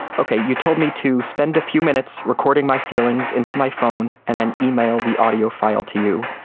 ok, you told me to spend a few minutes recording my feelings into my phone and then email the audio file to you.